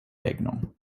regno